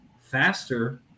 faster